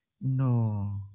no